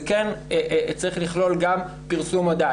זה כן צריך לכלול גם פרסום מודעה.